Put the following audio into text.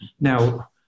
Now